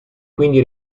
quindi